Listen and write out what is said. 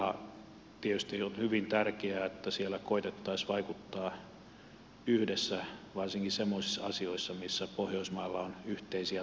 ja tietysti on hyvin tärkeää että siellä koetettaisiin vaikuttaa yhdessä varsinkin semmoisissa asioissa missä pohjoismailla on yhteisiä tavoitteita